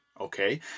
okay